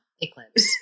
Eclipse